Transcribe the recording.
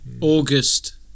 August